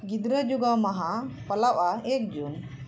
ᱜᱤᱫᱽᱨᱟᱹ ᱡᱳᱜᱟᱣ ᱢᱟᱦᱟ ᱯᱟᱞᱟᱜᱼᱟ ᱮᱠ ᱡᱩᱱ